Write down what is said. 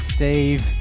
Steve